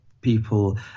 people